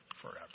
forever